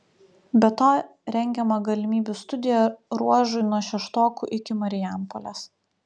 be to rengiama galimybių studija ruožui nuo šeštokų iki marijampolės